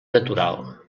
natural